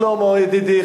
שלמה ידידי,